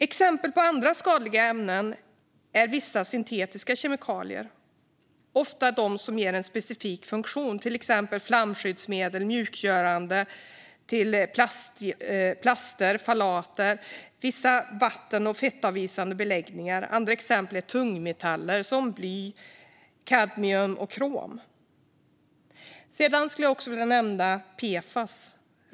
Exempel på andra skadliga ämnen är vissa syntetiska kemikalier, ofta de som ger en specifik funktion, till exempel flamskyddsmedel, mjukgörare till plaster, ftalater och vissa vatten och fettavvisande beläggningar. Andra exempel är tungmetaller som bly, kadmium och krom. Sedan skulle jag också vilja nämna PFAS.